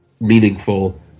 meaningful